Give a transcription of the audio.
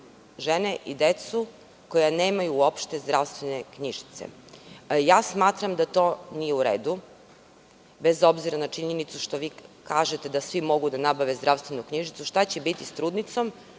žene i decu koja nemaju uopšte zdravstvene knjižice. Ja smatram da to nije u redu, bez obzira na činjenicu što vi kažete da svi mogu da nabave zdravstvenu knjižicu. Šta će biti sa trudnicom,